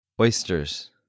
Oysters